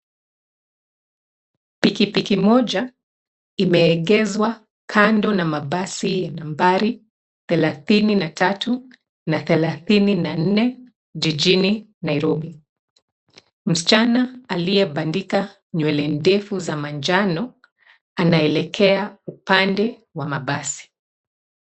Pikipiki moja imeegeshwa kando na mabasi ya nambari 33 na 34 jijini Nairobi. Msichana aliyebandika nywele ndefu za manjano anaelekea upande wa mabasi.